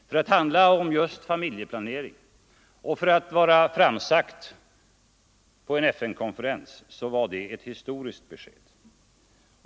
För att handla om familjeplanering och vara framsagt på en FN-konferens var det ett historiskt besked.